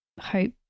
hope